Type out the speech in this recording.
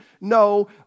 No